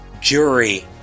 jury